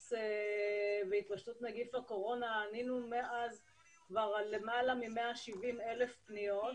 ממרץ והתפשטות נגיף הקורונה ענינו על יותר מ-170,000 פניות,